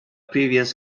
previous